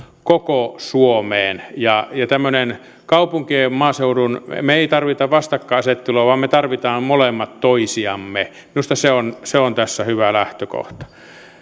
koko suomeen ja tämmöinen kaupunkien ja maaseudun vastakkainasettelu me emme tarvitse sitä vaan me tarvitsemme molemmat toisiamme minusta se on se on tässä hyvä lähtökohta